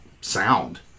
sound